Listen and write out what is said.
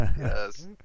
Yes